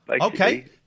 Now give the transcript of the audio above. Okay